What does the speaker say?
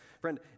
Friend